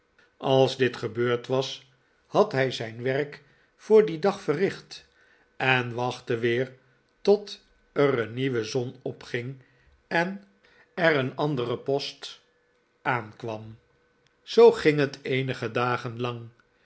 als dit gebeurd was had hij zijn werk voor dien dag verricht en wachtte weer tot er een nieuwe zon opging en er een andere post aankwam zoo ging het eenige dagen lang